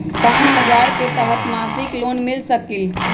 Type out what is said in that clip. पाँच हजार के तहत मासिक लोन मिल सकील?